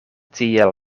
tiel